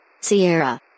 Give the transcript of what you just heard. Sierra